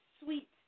sweet